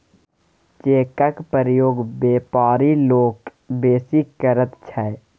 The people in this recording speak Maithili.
चेकक प्रयोग बेपारी लोक बेसी करैत छै